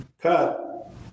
cut